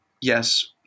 yes